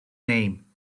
name